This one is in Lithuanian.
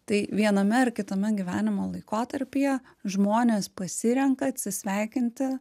tai viename ar kitame gyvenimo laikotarpyje žmonės pasirenka atsisveikinti